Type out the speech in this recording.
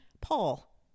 Paul